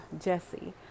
Jesse